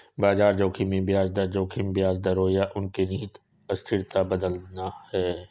बाजार जोखिम में ब्याज दर जोखिम ब्याज दरों या उनके निहित अस्थिरता बदलता है